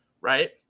right